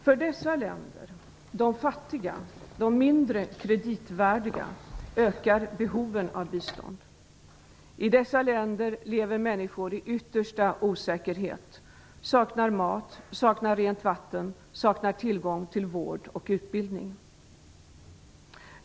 För dessa länder - de fattiga och mindre kreditvärdiga länderna - ökar behoven av bistånd. I dessa länder lever människor i yttersta osäkerhet. De saknar mat och rent vatten och har inte tillgång till vård och utbildning.